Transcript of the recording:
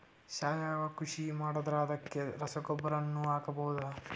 ಸಾವಯವ ಕೃಷಿ ಮಾಡದ್ರ ಅದಕ್ಕೆ ರಸಗೊಬ್ಬರನು ಹಾಕಬಹುದಾ?